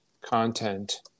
content